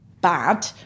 bad